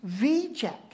reject